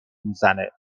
میزنه